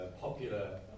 popular